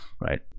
right